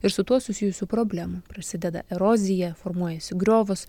ir su tuo susijusių problemų prasideda erozija formuojasi griovos